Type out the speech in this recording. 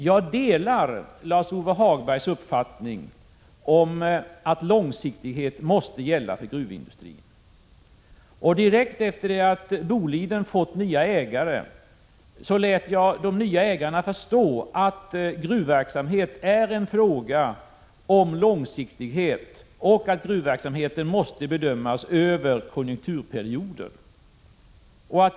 Jag delar Lars-Ove Hagbergs uppfattning att långsiktighet måste gälla för gruvindustrin. Direkt efter det att Boliden fått nya ägare lät jag de nya ägarna förstå att gruvverksamhet är en fråga om långsiktighet och att gruvverksamheten måste bedömas över konjunkturperioder.